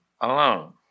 alone